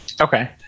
okay